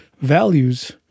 values